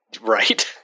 right